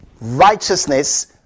Righteousness